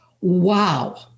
wow